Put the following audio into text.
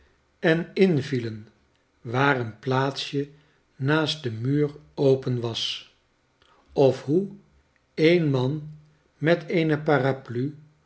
en invielen waar een plaatsje naast den muur open was of hoe een man met eene paraplu